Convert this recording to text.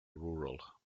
rural